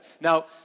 Now